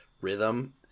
Rhythm